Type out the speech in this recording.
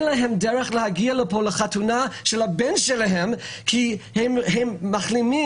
אין להם דרך להגיע לפה לחתונה של הבן שלהם כי הם מחלימים.